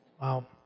wow